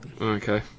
Okay